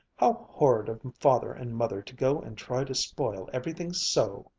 how horrid of father and mother to go and try to spoil everything so!